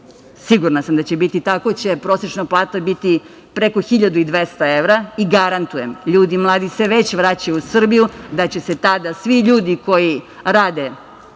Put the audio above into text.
sigurna sam da će biti tako, prosečna plata će biti preko 1.200 evra i garantujem, mladi ljudi se već vraćaju u Srbiju, da će tada svi ljudi koji rade